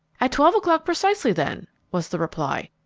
at twelve o'clock precisely, then, was the reply.